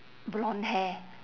blonde hair